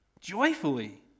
Joyfully